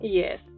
yes